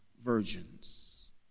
virgins